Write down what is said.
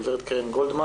גב' קרן גולדמן.